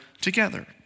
together